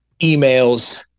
emails